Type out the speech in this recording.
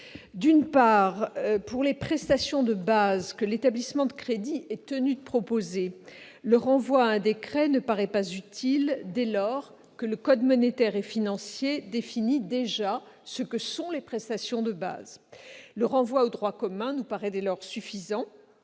D'une part, pour les prestations de base que l'établissement de crédit est tenu de proposer, le renvoi à un décret ne paraît pas utile dès lors que le code monétaire et financier définit déjà ce que sont ces prestations de base. Le renvoi au droit commun est suffisant.